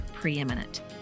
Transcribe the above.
preeminent